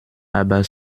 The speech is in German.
aber